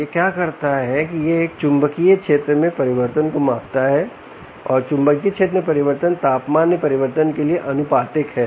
यह क्या करता है की यह चुंबकीय क्षेत्र में परिवर्तन को मापता है और चुंबकीय क्षेत्र में परिवर्तन तापमान में परिवर्तन के लिए आनुपातिक है